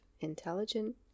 intelligent